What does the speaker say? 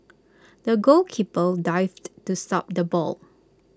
the goalkeeper dived to stop the ball